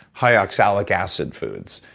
high oxalic acid foods.